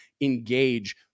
engage